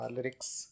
Lyrics